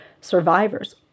survivors